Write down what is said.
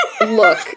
look